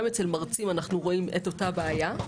גם אצל מרצים אנחנו רואים אותה בעיה.